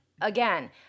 Again